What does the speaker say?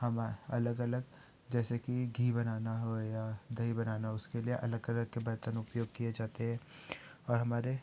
हम अलग अलग जैसे की घी बनाना हो गया दही बनाना उसके लिए अलग तरह के बर्तन उपयोग किये जाते हैं और हमारे